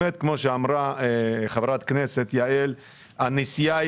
כמו שאמרה חברת הכנסת יעל רון בן משה,